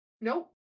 Nope